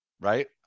Right